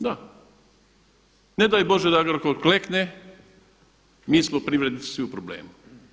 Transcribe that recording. Da, ne daj Bože da Agrokor klekne, mi smo privrednici svi u problemu.